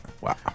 wow